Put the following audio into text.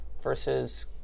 versus